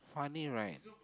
funny right